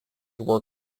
were